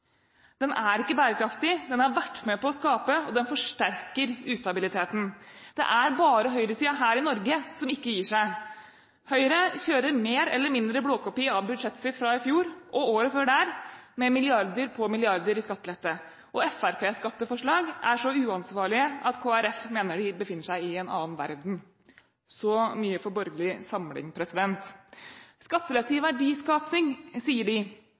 Den kroniske underfinansieringen av europeiske velferdsstater og skattelettepolitikken har gått ut på dato. Det er ikke bærekraftig. Det har vært med på å skape – og forsterker – ustabiliteten. Det er bare høyresiden her i Norge som ikke gir seg. Høyre kjører mer eller mindre blåkopi av budsjettet sitt fra i fjor – og året før der – med milliarder på milliarder i skattelette. Fremskrittspartiets skatteforslag er så uansvarlig at Kristelig Folkeparti mener de befinner seg i en annen verden. Så mye for borgelig samling.